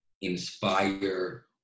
inspire